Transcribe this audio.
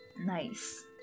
Nice